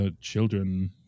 children